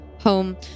home